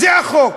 זה החוק.